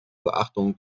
beachtung